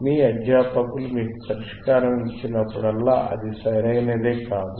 మీ అధ్యాపకులు మీకు పరిష్కారం ఇచ్చినప్పుడల్లా అది సరైనదే కాదు